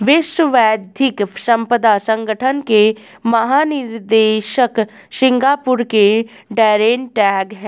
विश्व बौद्धिक संपदा संगठन के महानिदेशक सिंगापुर के डैरेन टैंग हैं